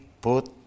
put